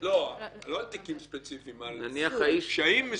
לא על תיקים ספציפיים, על פשעים מסוימים.